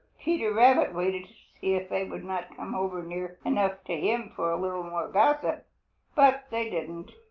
peter rabbit waited to see if they would not come over near enough to him for a little more gossip. but they didn't,